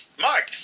Mark